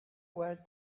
where